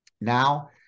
now